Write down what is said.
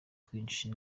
twinshi